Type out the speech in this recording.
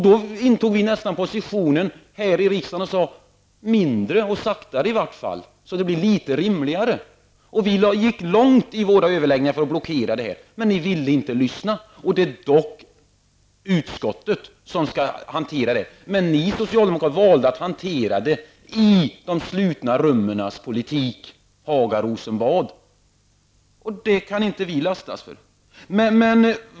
Då intog vi här i riksdagen nästan den positionen att vi sade: mindre och saktare så att det blir litet rimligare. Vi gick långt i våra överläggningar för att blockera, men ni ville inte lyssna. Det är dock utskottet som skall hantera frågan. Men ni socialdemokrater valde att hantera den med de slutna rummens politik; Haga, Rosenbad. Det kan inte vi lastas för.